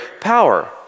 power